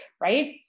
right